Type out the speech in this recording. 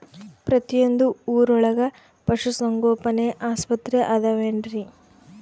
ಪ್ರತಿಯೊಂದು ಊರೊಳಗೆ ಪಶುಸಂಗೋಪನೆ ಆಸ್ಪತ್ರೆ ಅದವೇನ್ರಿ?